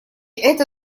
это